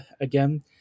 again